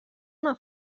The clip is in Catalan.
una